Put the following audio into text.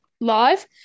live